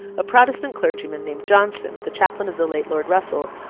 a protestant clergyman, named johnson, the chaplain of the late lord russell,